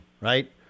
right